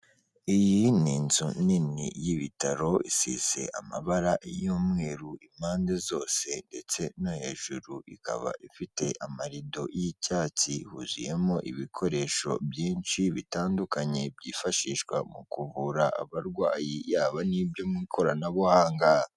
Iyi ni inzu nini y'ibitaro isize amabara y'umweru impande zose ndetse no hejuru, ikaba ifite amarido y'icyatsi, huzuyemo ibikoresho byinshi bitandukanye, byifashishwa mu kuvura abarwayi, yaba n'ibyo mu ikoranabuhanga.